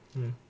mm